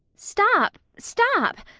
stop! stop!